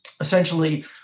essentially